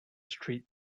street